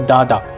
Dada